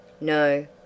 No